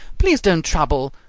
please don't trouble.